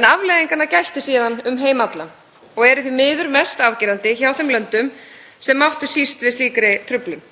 en afleiðinganna gætir síðan um heim allan og eru því miður mest afgerandi hjá þeim löndum sem máttu síst við slíkri truflun.